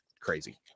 crazy